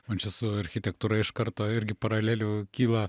man čia su architektūra iš karto irgi paralelių kyla